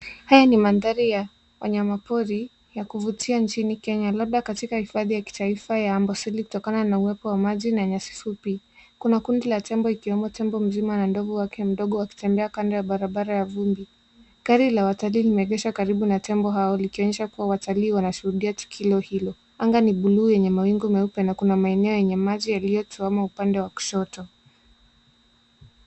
Haya ni mandhari ya wanyama pori ya kuvutia nchini Kenya labda katika hifadhi ya kitaifa ya Amboseli kutokana na uwepo wa maji na nyasi fupi. Kuna kundi la tembo ikiwemo tembo mzima na ndovu wake mdogo wakitembea kando ya barabara ya vumbi. Gari la watalii limeegeshwa karibu na tembo hao likionyesha kuwa watalii wanashuhudia tukio hilo. Anga ni bluu yenye mawingu meupe na kuna maeneo yenye maji yaliyochuwama upande wa kushoto.